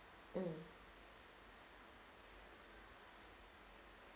um